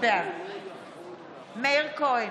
בעד מאיר כהן,